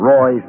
Roy